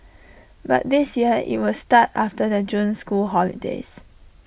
but this year IT will start after the June school holidays